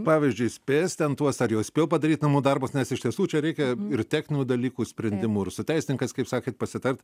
pavyzdžiui spės ten tuos ar jau spėjo padaryt namų darbus nes iš tiesų čia reikia ir techninių dalykų sprendimų ir su teisininkais kaip sakėt pasitart